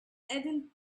aden